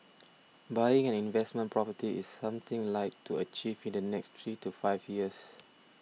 buying an investment property is something I'd like to achieve in the next three to five years